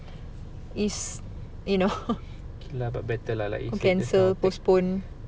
okay lah but better lah like you said just now